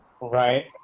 Right